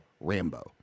Rambo